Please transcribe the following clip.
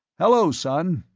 hello, son,